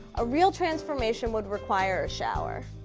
a real transformation would require a shower.